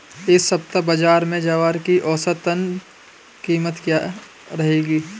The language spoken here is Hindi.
इस सप्ताह बाज़ार में ज्वार की औसतन कीमत क्या रहेगी?